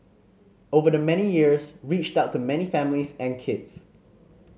over the many years reached out to many families and kids